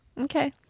Okay